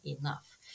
enough